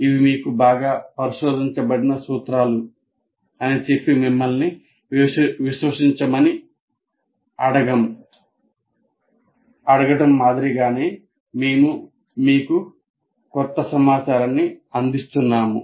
ఇవి మీకు బాగా పరిశోధించబడిన సూత్రాలు అని చెప్పి మమ్మల్ని విశ్వసించమని అడగడం మాదిరిగానే మేము మీకు క్రొత్త సమాచారాన్ని అందిస్తున్నాము